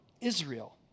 Israel